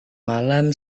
malam